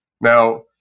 Now